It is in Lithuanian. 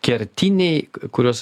kertiniai kuriuos